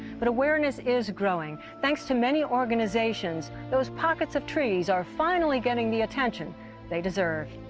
but awareness is growing. thanks to many organizations, those pockets of trees are finally getting the attention they deserve.